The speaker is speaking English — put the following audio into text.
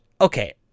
okay